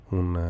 un